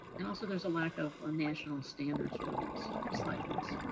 and also, there's a lack of ah national standards for these. next slide, please.